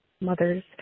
mothers